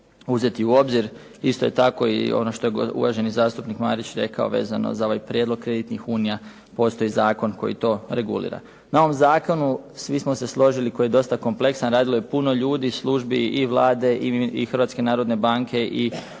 uzeti u obzir. Isto tako i ono što je uvaženi zastupnik Marić rekao vezano za ovaj prijedlog kreditnih unija, postoji zakon koji to regulira. Na ovom zakonu svi smo se složili koji je dosta kompleksan, radilo je puno ljudi, službi i Vlade i Hrvatske narodne banke i